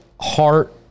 heart